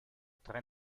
tre